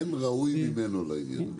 אין ראוי ממנו לעניין הזה.